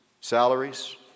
salaries